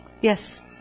Yes